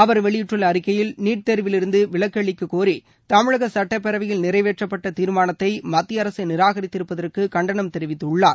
அவர் வெளியிட்டுள்ள அறிக்கையில் நீட் தேர்விலிருந்து விலக்கு அளிக்கக் கோரி தமிழக சுட்டப்பேரவையில் நிறைவேற்றப்பட்ட தீர்மானத்தை மத்திய அரசு நிராகரித்திருப்பதற்கு கண்டனம் தெரிவித்குள்ளார்